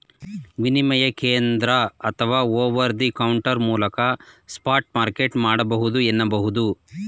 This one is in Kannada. ವಿನಿಮಯ ಕೇಂದ್ರ ಅಥವಾ ಓವರ್ ದಿ ಕೌಂಟರ್ ಮೂಲಕ ಸ್ಪಾಟ್ ಮಾರ್ಕೆಟ್ ಮಾಡಬಹುದು ಎನ್ನುಬಹುದು